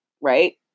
Right